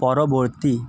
পরবর্তী